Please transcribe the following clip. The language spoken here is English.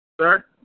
Sir